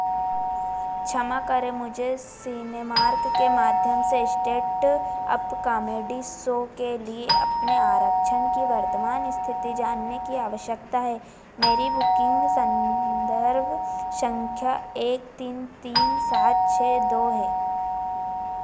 क्षमा करें मुझे सिनेमार्क के माध्यम से इस्टेट अप कामेडी सो के लिए अपने आरक्षण की वर्तमान स्थिति जानने की आवश्यकता है मेरी बुकिंग संदर्भ संख्या एक तीन तीन सात छः दो है